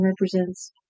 represents